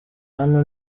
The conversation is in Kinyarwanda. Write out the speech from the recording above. hano